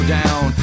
down